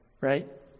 right